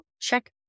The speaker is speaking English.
check